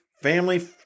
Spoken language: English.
Family